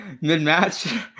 mid-match